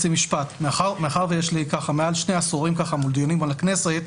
יש לי מעל שני עשורים בדיונים בכנסת,